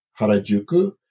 harajuku